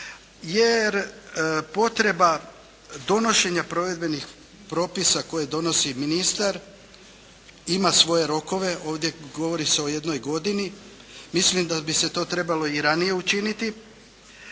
jer potreba donošenja provedbenih propisa koje donosi ministar ima svoje rokove. Ovdje govori se o jednoj godini. Mislim da bi se to trebalo i ranije učiniti,